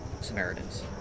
Samaritans